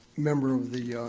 member of the,